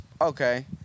okay